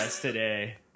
today